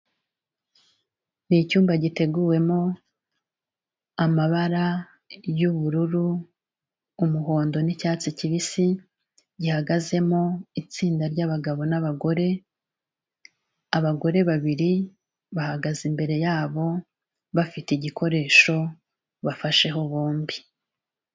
Ni icyumba giteguwemo amabara y'ubururu, umuhondo n'icyatsi kibisi, gihagazemo itsinda ry'abagabo n'abagore, abagore babiri bahagaze imbere yabo, bafite igikoresho bafasheho bombi.